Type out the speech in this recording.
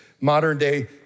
modern-day